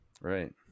Right